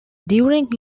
during